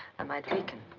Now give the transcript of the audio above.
i might weaken.